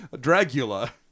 Dracula